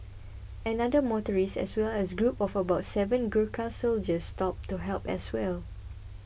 another motorist as well as a group of about seven Gurkha soldiers stopped to help as well